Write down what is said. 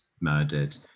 murdered